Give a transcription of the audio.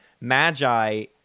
Magi